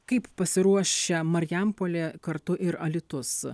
kaip pasiruošę marijampolė kartu ir alytus